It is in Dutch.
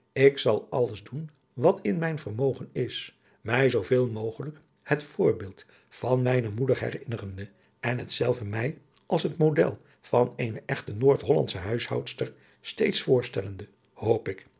ik zal alles doen wat in mijn vermogen is mij zooveel mogelijk het voorbeeld van mijne moeder herinnerende en hetzelve mij als het model van eene echte noordhollandsche huishoudster steeds voorstellende hoop ik